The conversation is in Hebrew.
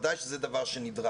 אבל בוודאי זה דבר שנדרש.